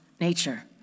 nature